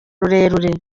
rurerure